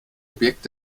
objekt